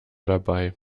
dabei